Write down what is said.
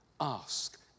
Ask